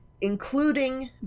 including